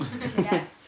Yes